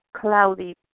cloudy